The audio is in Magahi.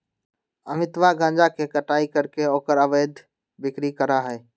अमितवा गांजा के कटाई करके ओकर अवैध बिक्री करा हई